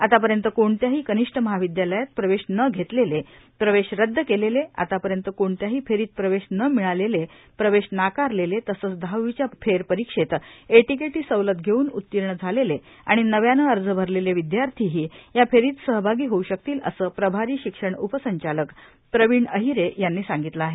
आतापर्यंत कोणत्याही कनिष्ठ महाविद्यालयात प्रवेश न घेतलेले प्रवेश रद्द केलेले आतापर्यंत कोणत्याही फेरीत न मिळालेले प्रवेश नाकारलेले तसंच दहावीच्या फेरपरीक्षेत एटीकेटी सवलत घेऊन उत्तीर्ण झालेले आणि नव्यानं अर्ज भरलेले विद्यार्थीही या फेरीत सहभागी होऊ शकतील असं प्रभारी शिक्षण उपसंचालक प्रवीण अहिरे यांनी सांगितलं आहे